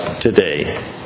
today